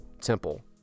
temple